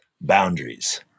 boundaries